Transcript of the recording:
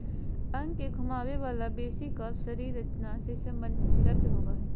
अंग के घुमावे वला पेशी कफ शरीर रचना से सम्बंधित शब्द होबो हइ